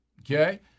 okay